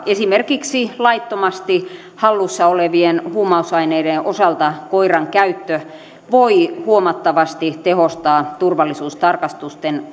esimerkiksi laittomasti hallussa olevien huumausaineiden osalta koiran käyttö voi huomattavasti tehostaa turvallisuustarkastusten